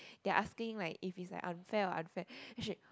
they are asking like if it's an unfair or unfair